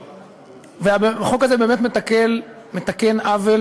החוק הזה באמת מתקן עוול